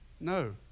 No